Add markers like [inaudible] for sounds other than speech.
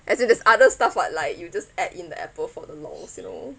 [breath] as in there's other stuff [what] like you just add in the apple for the lows you know